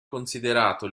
considerato